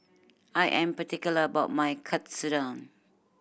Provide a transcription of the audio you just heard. I am particular about my Katsudon